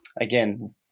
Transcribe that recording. again